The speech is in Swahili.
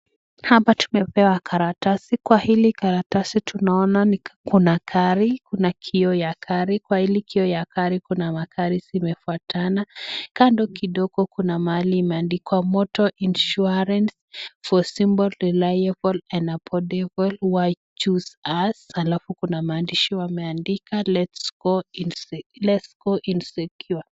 Hapa tumepewa karatasi. Kwa hili karatasi tunaona ni ka kuna gari na kiio ya gari. Kwa hili kio ya gari, kuna magari zimefuatana. Kando kidogo kuna mahali imeandikwa (cs)Motor Insurance(cs). (cs)For simple reliable and Affordable(cs). (cs)Why choose us(cs). Alfu kuna maandishi wameandika (cs)lets go insecure(cs)